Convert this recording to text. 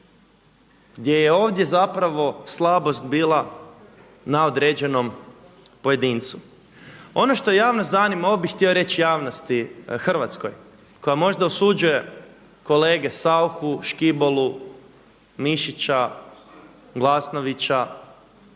gdje je ovdje slabost bila na određenom pojedincu. Ono što javnost zanima, ovo bi htio reći javnosti hrvatskoj koja možda osuđuje kolege Sauchu, Škibolu, Mišića, Glasnovića